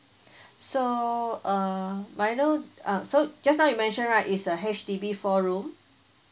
so err may I know uh so just now you mention right is a H_D_B four room